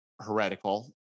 heretical